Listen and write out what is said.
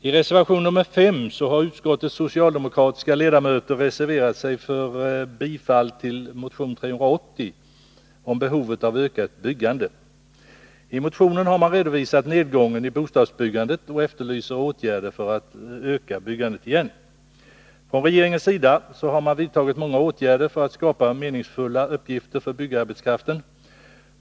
I reservation 5 har utskottets socialdemokratiska ledamöter reserverat sig för bifall till motion 380 om behovet av ökat byggande. I motionen har man redovisat nedgången i bostadsbyggandet, och man efterlyser åtgärder för att öka byggandet. Från regeringens sida har vidtagits många åtgärder för att skapa meningsfulla uppgifter för byggarbetskraften.